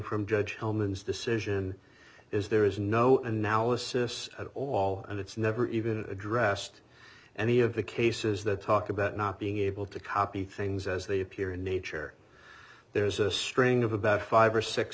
from judge hellman's decision is there is no analysis at all and it's never even addressed any of the cases that talk about not being able to copy things as they appear in nature there's a string of about five or six